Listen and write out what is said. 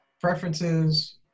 preferences